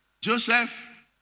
Joseph